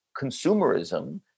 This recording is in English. consumerism